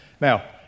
now